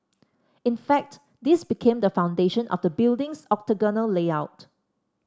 in fact this became the foundation of the building's octagonal layout